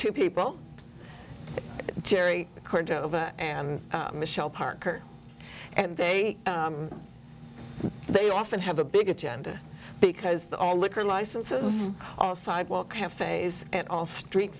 two people jerry cordova and michelle parker and they they often have a big agenda because the liquor license is all sidewalk cafes and all street